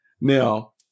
now